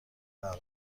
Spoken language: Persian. لااقل